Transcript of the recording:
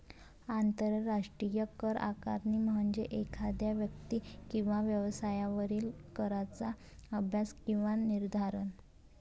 आंतरराष्ट्रीय कर आकारणी म्हणजे एखाद्या व्यक्ती किंवा व्यवसायावरील कराचा अभ्यास किंवा निर्धारण